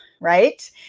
right